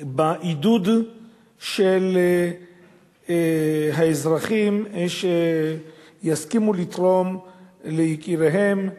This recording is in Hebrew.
בעידוד של האזרחים, שיסכימו לתרום ליקיריהם,